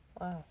wow